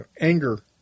anger